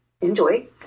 Enjoy